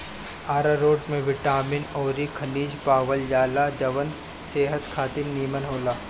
आरारोट में बिटामिन अउरी खनिज पावल जाला जवन सेहत खातिर निमन होला